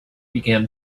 began